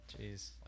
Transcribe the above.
Jeez